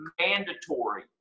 mandatory